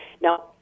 Now